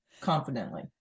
confidently